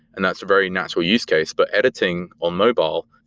and that's a very natural use case. but editing on mobile,